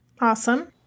Awesome